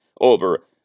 over